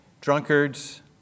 drunkards